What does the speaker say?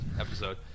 episode